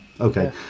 okay